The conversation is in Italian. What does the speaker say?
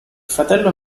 fratello